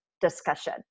discussion